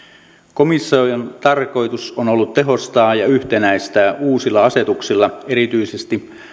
komission tarkoitus on ollut tehostaa ja yhtenäistää uusilla asetuksilla erityisesti